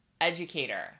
educator